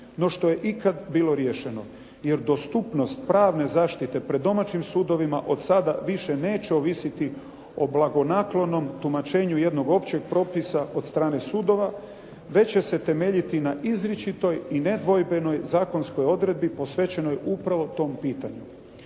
no što je ikad bilo riješeno jer dostupnost pravne zaštite pred domaćim sudovima od sada više neće ovisiti o blagonaklonom tumačenju jednog općeg propisa od strane sudova, već će se temeljiti na izričitoj i nedvojbenoj zakonskoj odredbi posvećenoj upravo tom pitanju.